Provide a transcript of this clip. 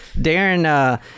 Darren